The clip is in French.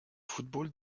football